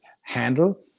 handle